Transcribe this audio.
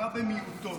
הרע במיעוטו.